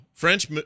french